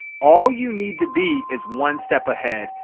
all you need to be is one step ahead.